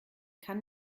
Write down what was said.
kann